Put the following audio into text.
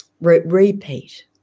repeat